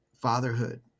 fatherhood